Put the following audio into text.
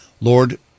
Lord